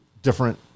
different